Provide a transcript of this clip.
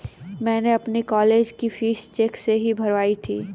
मैंने अपनी कॉलेज की फीस चेक से ही भरवाई थी